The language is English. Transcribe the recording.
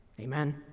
amen